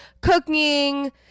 cooking